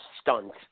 stunt